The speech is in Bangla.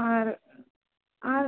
আর আর